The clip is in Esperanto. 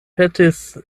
petis